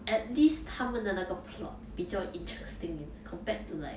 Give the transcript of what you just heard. at least 他们的那个 plot 比较 interesting compared to like